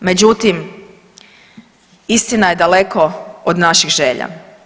Međutim, istina je daleko od naših želja.